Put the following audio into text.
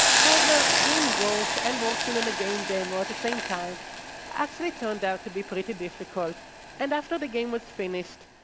however, doing work and working in a game demo at the same time actually turned out to be pretty difficult and after the game was finished,